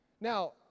Now